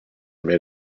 made